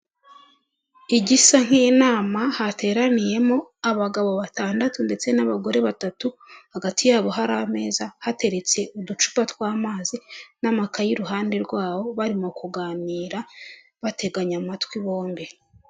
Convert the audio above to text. Igisa nk'inama hateraniyemo abagabo batandatu ndetse n'abagore batatu, hagati yabo hari ameza, hateretse uducupa tw'amazi n'amakaye iruhande rwabo, barimo kuganira bateganye amatwi bombi.